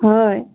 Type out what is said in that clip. হয়